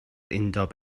undeb